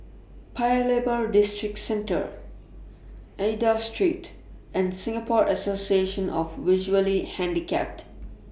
Paya Lebar Districentre Aida Street and Singapore Association of Visually Handicapped